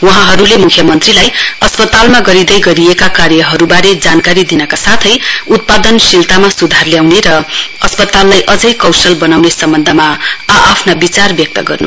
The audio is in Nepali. वहाँहरूले मुख्यमन्त्रीलाई अस्पतालमा गरिँदै गरिएका कार्यहरूबारे जानकारी दिनका साथै उत्पादन शीलतामा सुधार ल्याउने र अस्पताललाई अझै कौशल बनाउने सम्बन्धमा आ आफ्ना विचार व्यक्त गरे